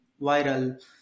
viral